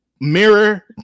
mirror